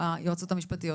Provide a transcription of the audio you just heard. היועצות המשפטיות,